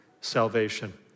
salvation